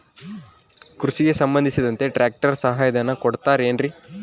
ಕೃಷಿಗೆ ಸಂಬಂಧಿಸಿದಂತೆ ಟ್ರ್ಯಾಕ್ಟರ್ ಸಹಾಯಧನ ಕೊಡುತ್ತಾರೆ ಏನ್ರಿ?